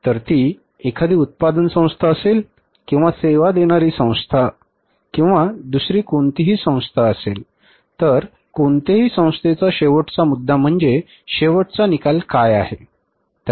जर ती एखादी उत्पादन संस्था असेल किंवा सेवा देणारी संस्था किंवा दुसरी कोणतीही संस्था असेल तर कोणत्याही संस्थेचा शेवटचा मुद्दा म्हणजे शेवटचा निकाल काय आहे